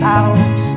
out